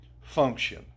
function